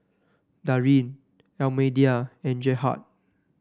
Darrin Almedia and Gerhard